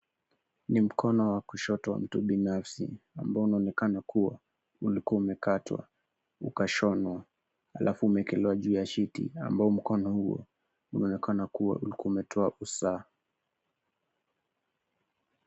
Ni mkono wa kushoto wa mtu binafsi ambao unaonekana kuwa ulikuwa umekatwa, ukashonwa halafu umewekelewa juu ya(cs)sheet(cs) ambao mkono unaonekana ulikuwa unatoa usaha.